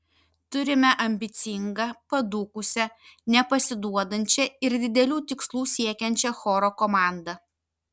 turime ambicingą padūkusią nepasiduodančią ir didelių tikslų siekiančią choro komandą